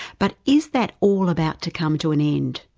but is that all about to come to an end,